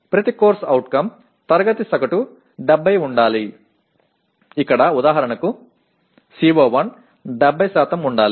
ప్రతి CO తరగతి సగటు 70 ఉండాలి ఇక్కడ ఉదాహరణకు CO1 70 ఉండాలి